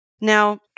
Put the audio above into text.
Now